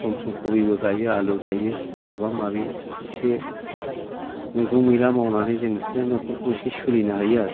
सम सम खबिबो गायो आलु गायो माबा माबि एसे मैगं मैला मावनानै जोङो इखो न'खरखो सोलिनो हायो आरो